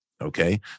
Okay